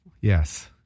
Yes